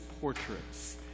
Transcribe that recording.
portraits